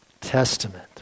Testament